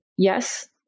Yes